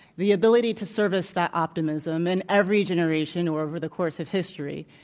the ability to service that optimism in every generation or over the course of history,